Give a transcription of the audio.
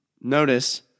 Notice